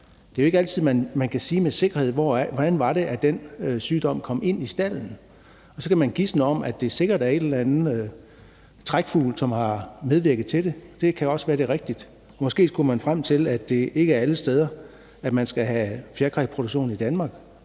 Det er jo ikke altid, at man kan sige med sikkerhed, hvordan den sygdom kom ind i stalden. Så kan man gisne om, at det sikkert er en eller anden trækfugl, som har medvirket til det, og det kan også være, det er rigtigt. Måske skulle man frem til, at det ikke er alle steder, at der skal være fjerkræproduktion i Danmark.